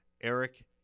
Eric